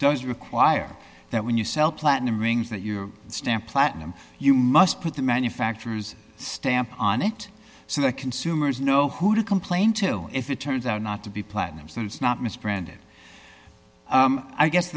does require that when you sell platinum rings that you stamp platinum you must put the manufacturer's stamp on it so that consumers know who to complain to if it turns out not to be platinum so it's not misbranded i guess